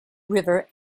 river